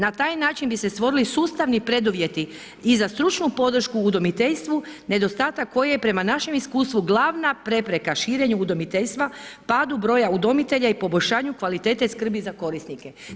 Na taj način bi se stvorili sustavni preduvjeti, i za stručnu podršku u udomiteljstvu, nedostatak koji je prema našem iskustvu glavna prepreka širenje udomiteljstva, padu broja udomitelja i poboljšanju kvalitete skrbi za korisnike.